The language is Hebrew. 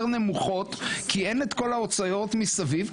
נמוכות כי אין את כל ההוצאות מסביב,